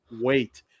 wait